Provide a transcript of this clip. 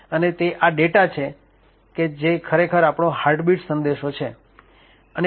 અને આ ડેટા છે તે ખરેખર હાર્ટબીટ સંદેશો છે